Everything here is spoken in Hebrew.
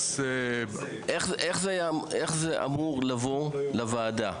איך זה אמור לבוא לוועדה?